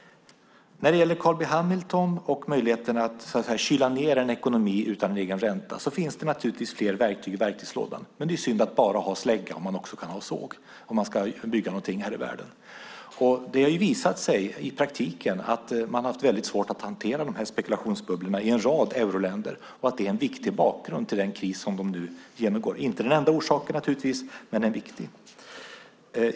När det gäller Carl B Hamiltons inlägg och möjligheterna att kyla ned en ekonomi utan en egen ränta är det naturligtvis så att det finns fler verktyg i verktygslådan. Men det är ju synd att bara ha slägga om man också kan ha såg när man ska bygga någonting här i världen. Det har visat sig i praktiken att man har svårt att hantera spekulationsbubblorna i en rad euroländer. Det är en viktig bakgrund till den kris som de nu genomgår. Det är naturligtvis inte den enda orsaken - men en viktig.